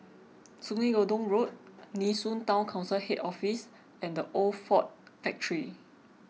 Sungei Gedong Road Nee Soon Town Council Head Office and the Old Ford Factor